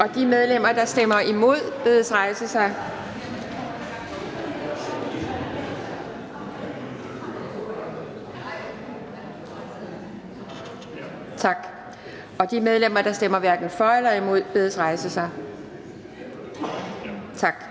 De medlemmer, der stemmer imod, bedes rejse sig. Tak. De medlemmer, der stemmer hverken for eller imod, bedes rejse sig. Tak.